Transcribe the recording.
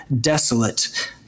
desolate